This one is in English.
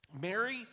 Mary